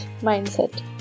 mindset